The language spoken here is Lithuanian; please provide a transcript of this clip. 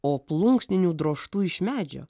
o plunksninių drožtų iš medžio